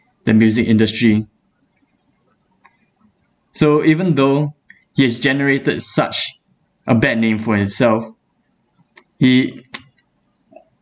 the music industry so even though he has generated such a bad name for himself he